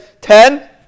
ten